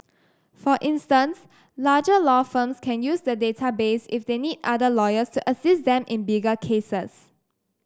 for instance larger law firms can use the database if they need other lawyers to assist them in bigger cases